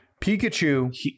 Pikachu